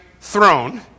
throne